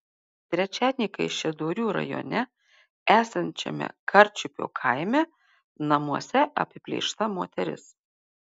trečiadienį kaišiadorių rajone esančiame karčiupio kaime namuose apiplėšta moteris